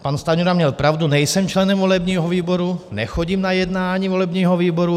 Pan Stanjura měl pravdu, já nejsem členem volebního výboru, nechodím na jednání volebního výboru.